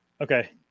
Okay